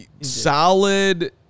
Solid